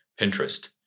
Pinterest